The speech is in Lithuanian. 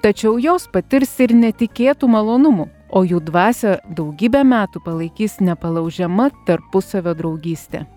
tačiau jos patirs ir netikėtų malonumų o jų dvasią daugybę metų palaikys nepalaužiama tarpusavio draugystė